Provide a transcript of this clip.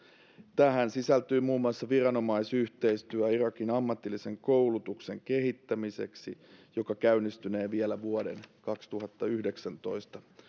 tähän sisältyy muun muassa viranomaisyhteistyö irakin ammatillisen koulutuksen kehittämiseksi joka käynnistynee vielä vuoden kaksituhattayhdeksäntoista